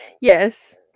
Yes